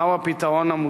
1. מה הוא הפתרון המוצע?